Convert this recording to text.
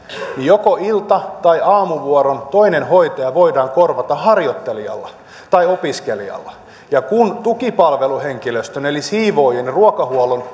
joko ilta tai aamuvuoron toinen hoitaja voidaan korvata harjoittelijalla tai opiskelijalla ja kun tukipalveluhenkilöstön eli siivoojien ja ruokahuollon